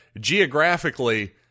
geographically